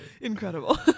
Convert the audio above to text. Incredible